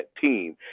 team